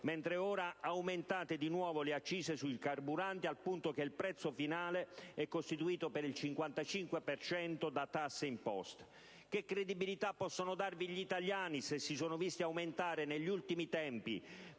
mentre ora sono aumentate di nuovo le accise sul carburante al punto che il prezzo finale è costituito per il 55 per cento da tasse e imposte. Che credibilità possono darvi gli italiani se si sono visti aumentare negli ultimi tempi,